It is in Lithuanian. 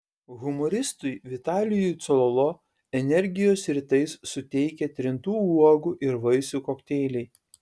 humoristui vitalijui cololo energijos rytais suteikia trintų uogų ir vaisių kokteiliai